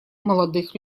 молодых